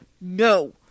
no